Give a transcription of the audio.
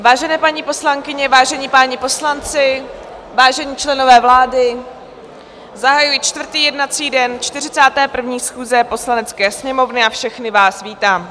Vážené paní poslankyně, vážení páni poslanci, vážení členové vlády, zahajuji čtvrtý jednací den 41. schůze Poslanecké sněmovny a všechny vás vítám.